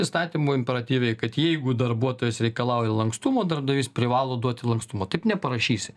įstatymu imperatyviai kad jeigu darbuotojas reikalauja lankstumo darbdavys privalo duoti lankstumo taip neparašysi